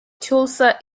tulsa